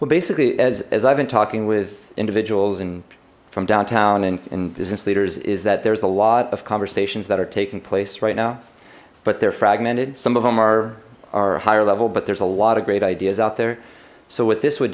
well basically as i've been talking with individuals and from downtown and business leaders is that there's a lot of conversations that are taking place right now but they're fragmented some of them are our higher level but there's a lot of great ideas out there so what this would